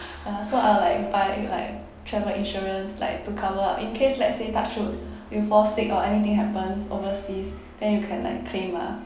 uh so I'll like buy like travel insurance like to cover ah in case let's say touch wood we fall sick or anything happens overseas then you can like claim ah